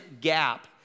gap